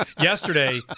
Yesterday